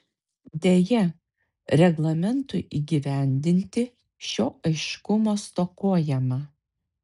deja reglamentui įgyvendinti šio aiškumo stokojama